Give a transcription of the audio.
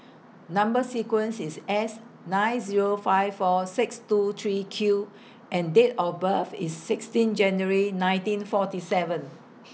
Number sequence IS S nine Zero five four six two three Q and Date of birth IS sixteen January nineteen forty seven